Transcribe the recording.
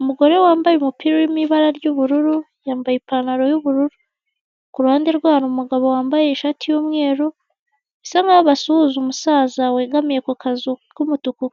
Umugore wambaye umupira urimo ibara ry'ubururu, yambaye ipantaro y'ubururu. Ku ruhande rwe hari umugabo wambaye ishati y'umweru, bisa nkaho basuhuje umusaza wegamiye kukazu